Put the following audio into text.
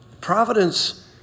Providence